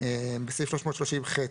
בסעיף 330ח,